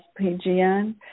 PGN